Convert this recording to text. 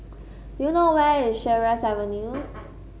do you know where is Sheares Avenue